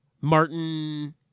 Martin